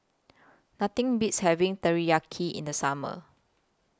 Nothing Beats having Teriyaki in The Summer